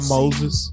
Moses